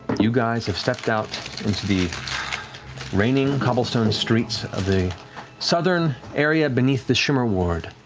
you guys have stepped out into the raining cobblestone streets of the southern area beneath the shimmer ward